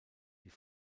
die